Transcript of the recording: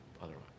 Otherwise